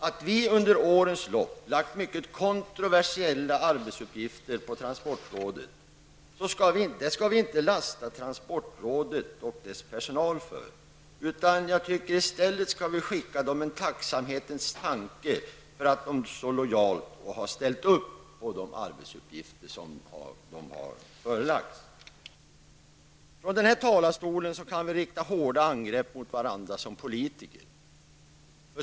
Att vi under årens lopp lagt mycket kontroversiella arbetsuppgifter på transportrådet skall vi inte lasta transportrådet och dess personal för. I stället skall vi skicka dem en tacksamhetens tanke för att de så lojalt har ställt upp på de arbetsuppgifter de har förelagts. Från denna talarstol kan vi rikta hårda angrepp mot varandra som politiker.